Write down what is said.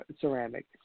ceramic